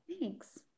Thanks